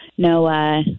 No